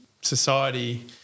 society